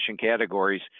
categories